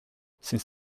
since